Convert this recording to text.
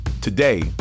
Today